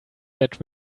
that